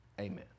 Amen